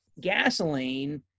gasoline